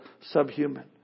subhuman